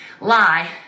lie